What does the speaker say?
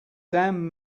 damn